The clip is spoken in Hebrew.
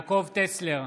טסלר,